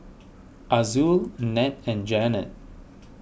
Azul Ned and Janet